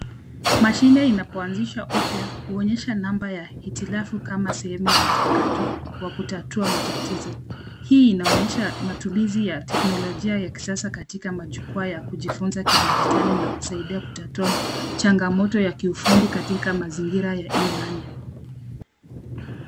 Mashine inapoanzishwa upya huonyesha namba ya itilafu kama sehemu ya mchakato wa kutatua matatizo. Hii inaonyesha matumizi teknolojia ya kisasa katika majukwaa ya kujifunza kidijitali na kusaidia kutatua changamoto ya kiufundi katika mazingira ya e-learning .